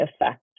effect